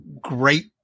great